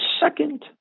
second